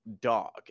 dog